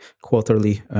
quarterly